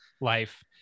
life